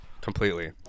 completely